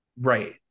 Right